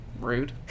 rude